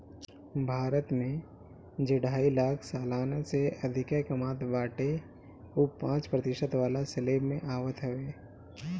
भारत में जे ढाई लाख सलीना से अधिका कामत बाटे उ पांच प्रतिशत वाला स्लेब में आवत हवे